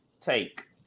take